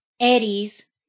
Eddies